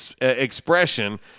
expression